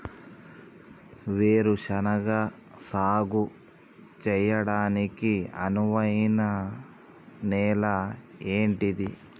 వేరు శనగ సాగు చేయడానికి అనువైన నేల ఏంటిది?